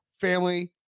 family